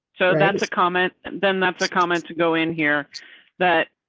so that's a comment and then that's the comment to go in here that.